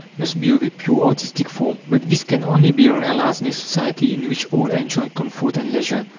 must be of a pure artistic form. but this can only be realized in a society in which all enjoy comfort and leisure.